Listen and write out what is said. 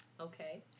Okay